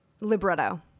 Libretto